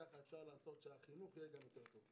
כך אפשר לעשות שהחינוך יהיה טוב יותר.